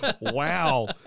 wow